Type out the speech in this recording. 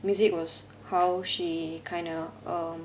music was how she kind of err